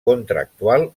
contractual